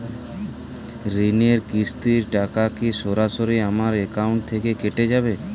ঋণের কিস্তির টাকা কি সরাসরি আমার অ্যাকাউন্ট থেকে কেটে যাবে?